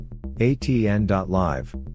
ATN.Live